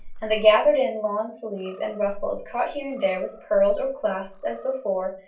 and the gathered-in lawn sleeves and ruffles caught here and there with pearls or clasps as before,